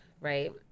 right